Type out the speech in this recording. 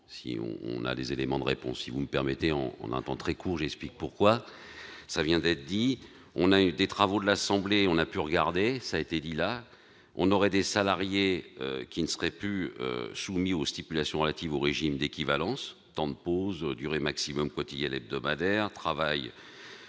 on on a des éléments de réponse, si vous me permettez, en en un temps très court, j'explique pourquoi ça vient d'être dit, on a eu des travaux de l'Assemblée, on a pu regarder ça a été dit, là, on aurait des salariés qui ne serait plus soumis aux stipulations relative au régime d'équivalence, temps de pause durée maximum, quotidienne, hebdomadaire travaille